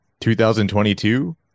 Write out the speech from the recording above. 2022